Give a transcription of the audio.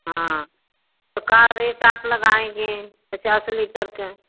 हाँ तो क्या रेट आप लगाएँगे पचास लीटर का